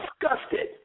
disgusted